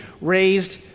raised